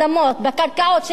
בקרקעות שהן שלנו,